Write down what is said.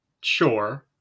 Sure